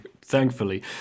Thankfully